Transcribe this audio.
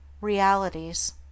realities